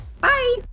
Bye